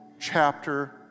chapter